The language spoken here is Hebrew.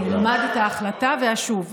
אני אלמד את ההחלטה ואשוב.